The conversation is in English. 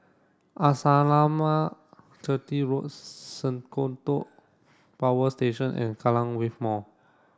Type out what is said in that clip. Arnasalam Chetty Road Senoko Power Station and Kallang Wave Mall